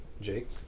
Jake